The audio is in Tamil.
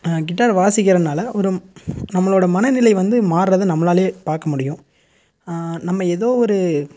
கிட்டார் வாசிக்கிறனால் ஒரு நம்மளோட மனநிலை வந்து மாறுறது நம்மளாலலே பார்க்க முடியும் நம்ம ஏதோ ஒரு